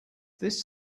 this